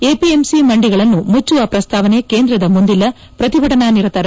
APMC ಮಂಡಿಗಳನ್ನು ಮುಚ್ಚುವ ಪ್ರಸ್ತಾವನೆ ಕೇಂದ್ರದ ಮುಂದಿಲ್ಲ ಪ್ರತಿಭಟನಾ ನಿರತ ಳು